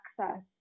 access